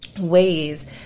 ways